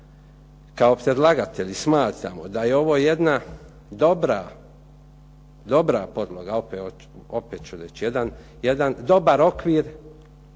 kao predlagatelji smatramo da je ovo jedna dobra podloga, opet ću reći. Jedan dobar okvir